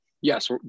yes